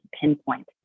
pinpoint